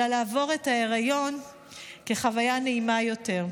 אלא לעבור את ההיריון כחוויה נעימה יותר.